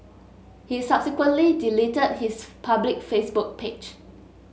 he subsequently deleted his public Facebook page